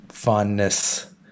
Fondness